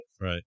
Right